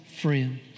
friend